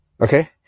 okay